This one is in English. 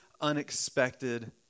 unexpected